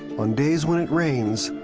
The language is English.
on days when it rains,